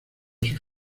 sus